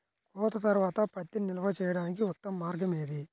కోత తర్వాత పత్తిని నిల్వ చేయడానికి ఉత్తమ మార్గం ఏది?